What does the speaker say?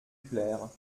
plaire